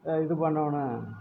இது பண்ணணும்